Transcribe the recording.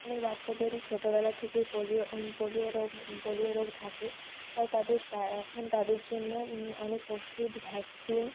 অনেক বাচ্ছাদেরই ছোটোবেলা থেকে পোলিও পোলিও রোগ হ পোলিও রোগ থাকে তাই তাদের তাই এখন তাদের জন্য অনেক ওষুধ ভ্যাকসিন